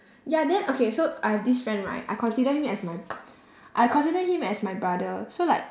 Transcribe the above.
ya then okay so I have this friend right I consider him as my I consider him as my brother so like